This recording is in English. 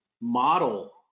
model